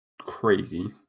crazy